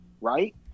Right